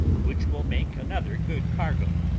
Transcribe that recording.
which will make another good cargo,